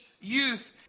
youth